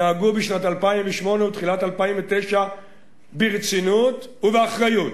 נהגו בשנת 2008 ותחילת 2009 ברצינות ובאחריות.